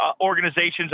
organizations